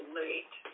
late